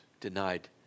denied